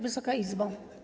Wysoka Izbo!